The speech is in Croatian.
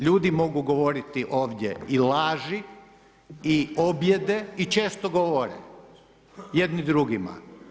Ljudi mogu govoriti ovdje i laži i objede i često govore, jedni drugim.